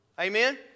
Amen